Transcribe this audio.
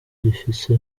gifise